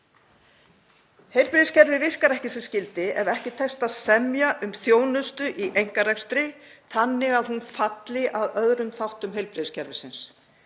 Heilbrigðiskerfið virkar ekki sem skyldi ef ekki tekst að semja um þjónustu í einkarekstri þannig að hún falli að öðrum þáttum heilbrigðiskerfisins.